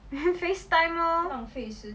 facetime lor